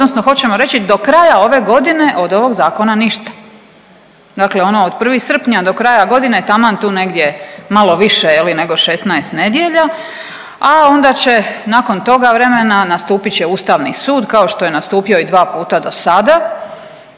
odnosno možemo reći do kraja ove godine od ovog zakona ništa. Dakle, ono od 1. srpnja do kraja godine taman tu negdje malo više je li nego 16 nedjelja, a onda će nakon toga vremena nastupit će Ustavni sud kao što je nastupio i dva puta do sada,